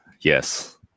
yes